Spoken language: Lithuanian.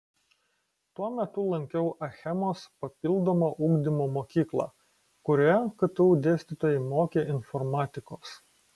tuo metu lankiau achemos papildomo ugdymo mokyklą kurioje ktu dėstytojai mokė informatikos